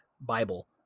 Bible